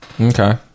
Okay